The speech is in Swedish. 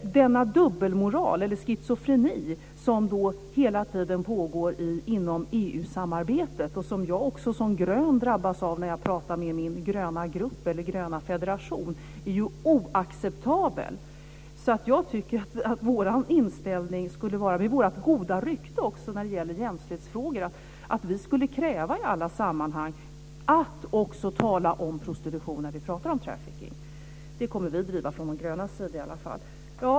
Denna dubbelmoral, eller schizofreni, som hela tiden pågår inom EU-samarbetet och som jag som grön också drabbas av när jag talar med min gröna grupp eller gröna federation är ju oacceptabel. Jag tycker att vår inställning, med vårt goda rykte när det gäller jämställdhetsfrågor, skulle vara att vi i alla sammanhang kräver att vi också talar om prostitution när vi talar om trafficking. Det kommer vi att driva från de grönas sida i alla fall.